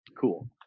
cool